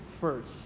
first